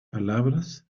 palabras